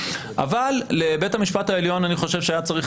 אבל לבית המשפט העליון אני חושב שהיה צריך